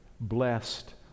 blessed